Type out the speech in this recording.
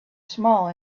small